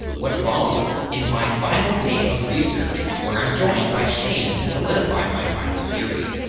what follows is my final day of research, where i'm joined by shane to solidify my final theory.